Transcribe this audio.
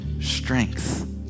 strength